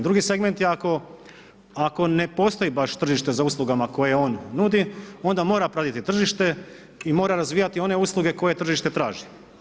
Drugi segment je ako ne postoji baš tržište za uslugama koje on nudi, onda mora pratiti tržište i mora razvijati one usluge koje tržište traži.